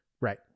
Right